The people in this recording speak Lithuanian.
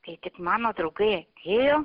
kai tik mano draugai atėjo